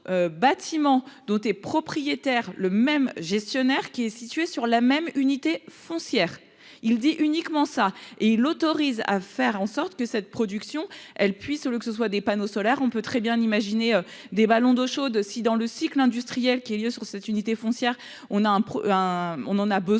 bâtiment doté propriétaire le même gestionnaire qui est situé sur la même unité foncière, il dit uniquement ça et l'autorise à faire en sorte que cette production elle puisse au lieu que ce soit des panneaux solaires, on peut très bien imaginer des ballons d'eau chaude, si dans le cycle industriel qui a lieu sur cette unité foncière, on a un